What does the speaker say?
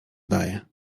daje